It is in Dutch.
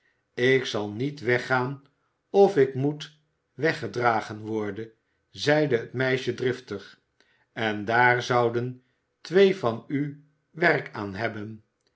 ik zal niet weggaan of ik moet weggedragen worden zeide het meisje driftig en daar zouden twee van u werk aan hebben